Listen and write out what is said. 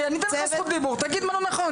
אני אתן לך זכות דיבור, תגיד מה לא נכון.